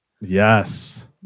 Yes